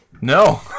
No